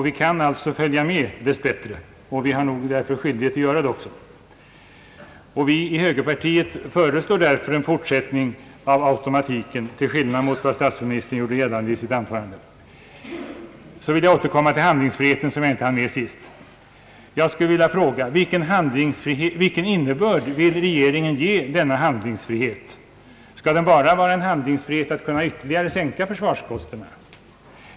Vi i högerpartiet föreslår därför en fortsättning av automatiken till skillnad mot vad statsministern gjorde gällande i sitt anförande. Så vill jag återkomma till handlingsfriheten som jag inte hann med sist. Jag skulle vilja fråga: Vilken innebörd vill regeringen ge denna handlingsfrihet? Skall det bara vara en handlingsfrihet att ytterligare kunna sänka försvarskostnaderna?